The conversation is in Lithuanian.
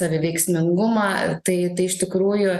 saviveiksmingumą tai tai iš tikrųjų